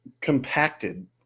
compacted